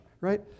right